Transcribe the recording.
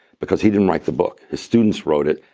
because he didn't write the book. his students wrote it.